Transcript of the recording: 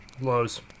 Lows